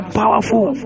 powerful